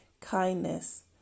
kindness